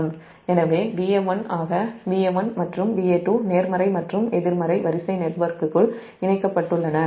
எனவே Va1 ஆக மற்றும் Va2 நேர்மறை மற்றும் எதிர்மறை வரிசை நெட்வொர்க்குகள் இணையாக இருப்பதால் Va1 Va2 இணைக்கப் பட்டுள்ளன